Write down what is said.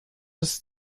ist